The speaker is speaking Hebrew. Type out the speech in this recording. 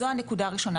זו הנקודה הראשונה.